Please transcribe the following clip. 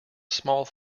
small